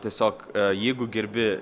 tiesiog jeigu gerbi